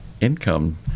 income